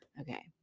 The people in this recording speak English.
okay